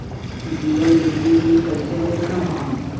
दियल बिजली बिल कइसे देखम हम?